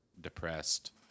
depressed